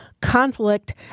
conflict